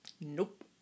Nope